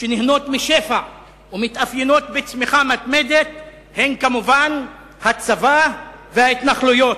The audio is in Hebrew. שנהנות משפע ומתאפיינות בצמיחה מתמדת הן כמובן הצבא וההתנחלויות.